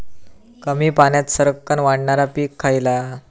कमी पाण्यात सरक्कन वाढणारा पीक खयला?